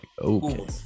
okay